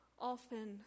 often